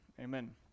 Amen